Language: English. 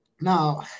Now